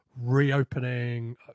reopening